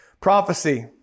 Prophecy